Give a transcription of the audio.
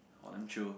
!wah! damn chio